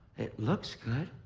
it looks good.